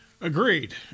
Agreed